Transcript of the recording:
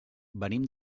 venim